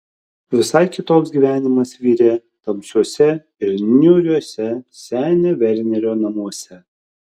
visai kitoks gyvenimas virė tamsiuose ir niūriuose senio vernerio namuose